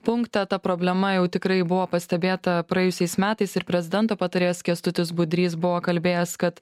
punkte ta problema jau tikrai buvo pastebėta praėjusiais metais ir prezidento patarėjas kęstutis budrys buvo kalbėjęs kad